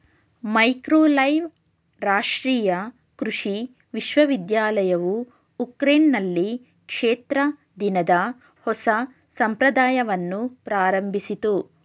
Mykolaiv ರಾಷ್ಟ್ರೀಯ ಕೃಷಿ ವಿಶ್ವವಿದ್ಯಾಲಯವು ಉಕ್ರೇನ್ನಲ್ಲಿ ಕ್ಷೇತ್ರ ದಿನದ ಹೊಸ ಸಂಪ್ರದಾಯವನ್ನು ಪ್ರಾರಂಭಿಸಿತು